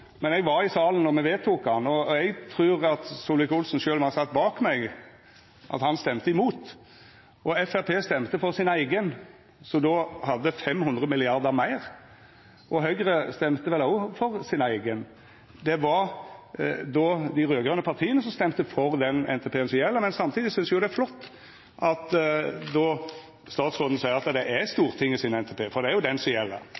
men eg var i salen då me vedtok han, og eg trur at Solvik-Olsen, sjølv om han sat bak meg, stemte imot. Framstegspartiet stemte for sin eigen, som då hadde 500 mrd. kr meir – og Høgre stemte vel òg for sin eigen. Det var dei raud-grøne partia som stemte for den NTP-en som gjeld, men samtidig synest eg det er flott at statsråden seier at det er Stortinget sin NTP, for det er jo den som gjeld.